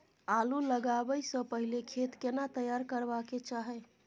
आलू लगाबै स पहिले खेत केना तैयार करबा के चाहय?